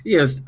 Yes